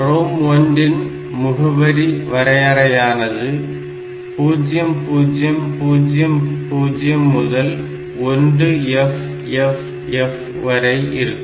ROM1 ன் முகவரி வரையறையானது 0000 முதல் 1FFF வரை இருக்கும்